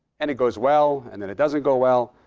and it goes well, and then it doesn't go well,